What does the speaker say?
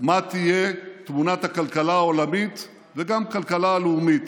מה תהיה תמונת הכלכלה העולמית וגם הכלכלה הלאומית,